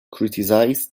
criticized